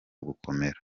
gukomera